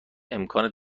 امکان